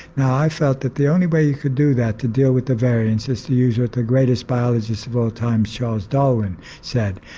now i felt that the only way you could do that to deal with the variance is to use what the greatest biologist of all time charles darwin said,